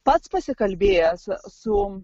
pats pasikalbėjęs su